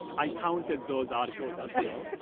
i counted those articles as well.